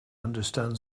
understand